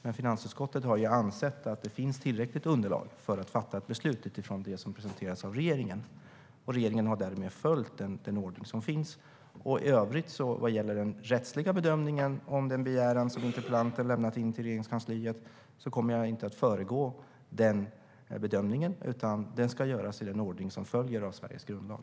Men finansutskottet har ju ansett att det finns tillräckligt underlag för att fatta ett beslut utifrån det som presenteras av regeringen. Regeringen har därmed följt den ordning som gäller. Jag kommer inte att föregå den rättsliga bedömningen av den begäran som interpellanten har lämnat in till Regeringskansliet, utan den ska göras i den ordning som följer av Sveriges grundlag.